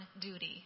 duty